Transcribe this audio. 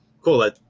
Cool